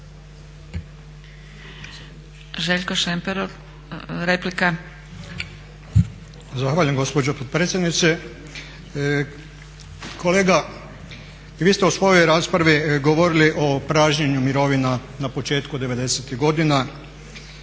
Željko Šemper, replika.